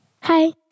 hi